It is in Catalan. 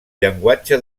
llenguatge